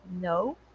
No